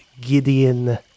Gideon